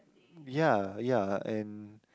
ya ya and